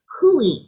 Hui